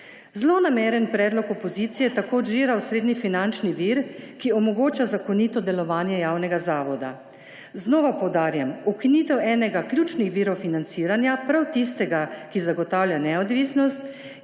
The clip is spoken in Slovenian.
Zlonameren predlog opozicije tako odžira osrednji finančni vir, ki omogoča zakonito delovanje javnega zavoda. Znova poudarjam, ukinitev enega ključnih virov financiranja, prav tistega, ki zagotavlja neodvisnost,